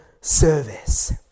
service